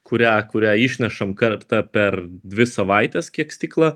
kurią kurią išnešam kartą per dvi savaites kiek stiklą